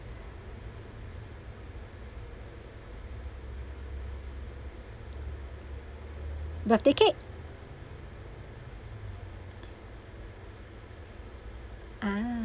the ticket ah